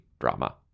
drama